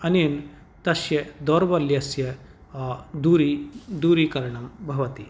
अनेन तस्य दौर्बल्यस्य दूरि दूरीकरणं भवति